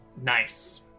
nice